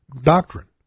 doctrine